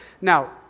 now